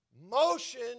Motion